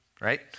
right